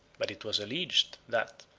but it was alleged, that,